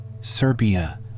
Serbia